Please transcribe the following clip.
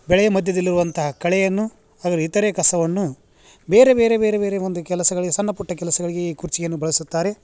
ಬೆಳೆಯ ಮಧ್ಯದಲ್ಲಿರುವಂತಹ ಕಳೆಯನ್ನು ಹಾಗೂ ಇತರೆ ಕಸವನ್ನು ಬೇರೆ ಬೇರೆ ಬೇರೆ ಬೇರೆ ಒಂದು ಕೆಲಸಗಳಿಗೆ ಸಣ್ಣ ಪುಟ್ಟ ಕೆಲಸಗಳಿಗೆ ಈ ಕುರ್ಜಿಗಿಯನ್ನು ಬಳಸುತ್ತಾರೆ